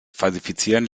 falsifizieren